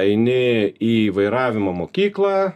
eini į vairavimo mokyklą